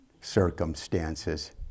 circumstances